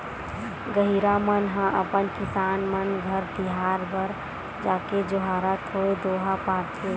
गहिरा मन ह अपन किसान मन घर तिहार बार म जाके जोहारत होय दोहा पारथे